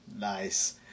nice